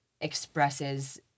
expresses